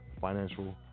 financial